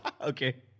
Okay